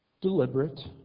deliberate